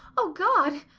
oh god!